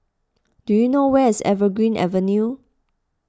do you know where is Evergreen Avenue